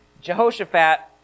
Jehoshaphat